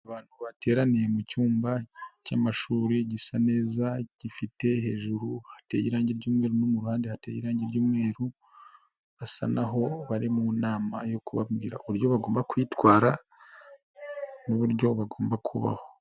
Abantu bateraniye mu cyumba cy'amashuri gisa neza, gifite hejuru hateye irangi ry'mweru, no muhandi hate irangi ry'ibmweru basa n'aho bari mu nama yo kubabwira uburyo bagomba kwitwara n'uburyo bagomba kubaho.